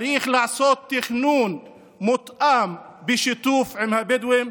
צריך לעשות תכנון מותאם בשיתוף עם הבדואים,